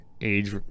age